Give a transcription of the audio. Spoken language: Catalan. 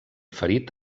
ferit